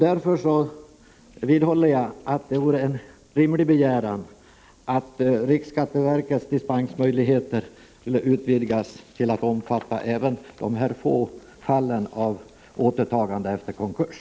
Därför vidhåller jag att det är en rimlig begäran att riksskatteverkets dispensmöjligheter utvidgas till att omfatta även de här få fallen av återtagande efter konkurs.